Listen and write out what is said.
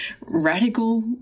radical